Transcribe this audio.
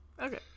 Okay